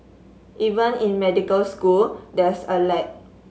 even in medical school there's a lag